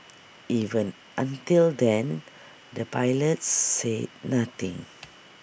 even until then the pilots said nothing